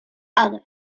other